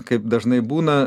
kaip dažnai būna